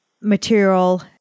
material